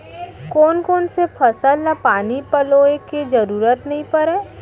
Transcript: कोन कोन से फसल ला पानी पलोय के जरूरत नई परय?